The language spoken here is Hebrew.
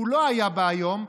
שהוא לא היה בה היום,